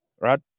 Right